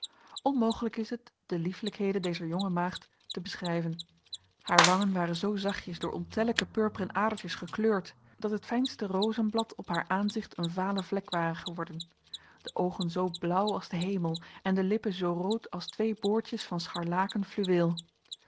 onmogelijk is het de lieflijkheden dezer jonge maagd te beschrijven haar wangen waren zo zachtjes door ontellijke purperen adertjes gekleurd dat het fijnste rozenblad op haar aanzicht een vale vlek ware geworden de ogen zo blauw als de hemel en de lippen zo rood als twee boordjes van scharlaken fluweel